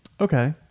Okay